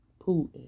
Putin